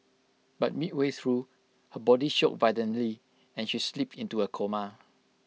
but midway through her body shook violently and she slipped into A coma